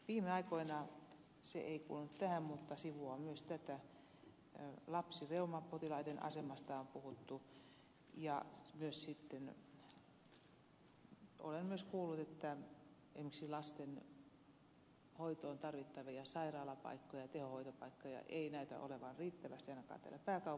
viime aikoina se ei kuulu tähän mutta sivuaa myös tätä lapsireumapotilaiden asemasta on puhuttu ja sitten olen myös kuullut että esimerkiksi lasten hoitoon tarvittavia sairaalapaikkoja tehohoitopaikkoja ei näytä olevan riittävästi ainakaan täällä pääkaupunkiseudulla